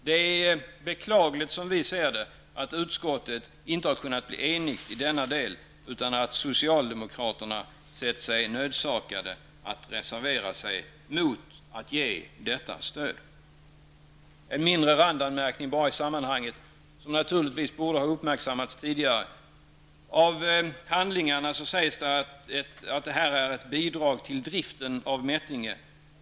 Det är beklagligt, som vi ser det, att utskottet inte kunnat bli enigt i denna del, utan att socialdemokraterna sett sig nödsakade att reservera sig mot detta stöd. En mindre randanmärkning i sammanhanget, som naturligtvis borde ha uppmärksammats tidigare: I handlingarna sägs att detta är ett ''bidrag till driften'' av Mättinge.